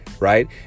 right